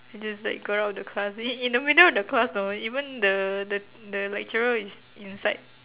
I just like got out of the class in in the middle of the class though even the the the lecturer is inside